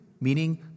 Meaning